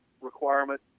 requirement